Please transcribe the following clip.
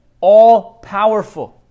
all-powerful